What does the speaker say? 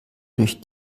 durch